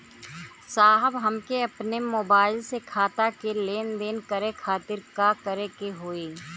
साहब हमके अपने मोबाइल से खाता के लेनदेन करे खातिर का करे के होई?